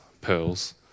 pearls